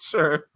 Sure